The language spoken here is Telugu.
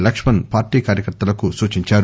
లక్ష్మణ్ పార్టీ కార్యకర్తలకు సూచించారు